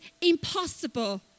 impossible